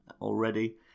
already